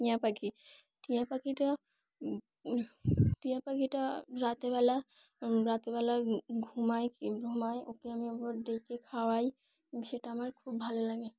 টিয়া পাখি টিয়া পাখিটা টিয়া পাখিটা রাতেবেলা রতেবেলা ঘুমায় ঘুমায় ওকে আমি ওবার ডেকে খাওয়াই সেটা আমার খুব ভালো লাগে